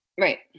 Right